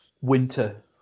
winter